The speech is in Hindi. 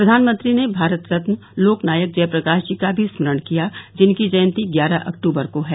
प्रधानमंत्री ने भारतरत्न लोकनायक जयप्रकाश जी का भी स्मरण किया जिनकी जयंती ग्यारह अक्तूबर को है